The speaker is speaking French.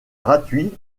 gratuit